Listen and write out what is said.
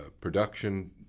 production